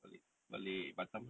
balik balik batam